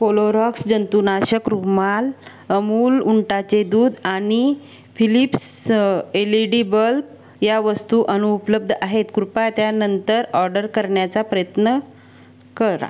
Clorox जंतुनाशक रुमाल अमूल उंटाचे दूध आणि Philips L E D bulb या वस्तू अनुपलब्ध आहेत कृपया त्या नंतर ऑर्डर करण्याचा प्रयत्न करा